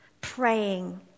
praying